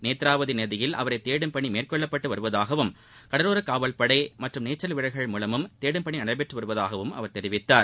நேத்ராவதி நதியில் அவரை தேடும் பணி மேற்கொள்ளப்பட்டு வருவதாகவும் கடலோர காவல்படை மற்றம் நீச்சல் வீரர்கள் மூலமும் தேடும் பணி நடைபெற்று வருவதாகவும் அவர் கூறினார்